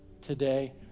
today